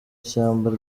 ishyamba